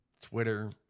Twitter